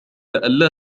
ألا